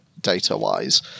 Data-wise